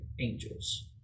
angels